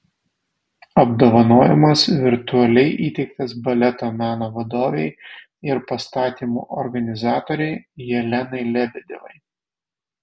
apdovanojimas virtualiai įteiktas baleto meno vadovei ir pastatymų organizatorei jelenai lebedevai